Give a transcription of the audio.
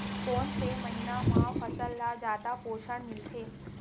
कोन से महीना म फसल ल जादा पोषण मिलथे?